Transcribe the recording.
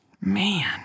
Man